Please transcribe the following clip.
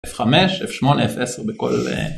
F5, F8, F10 בכל אה...